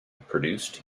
produced